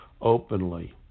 openly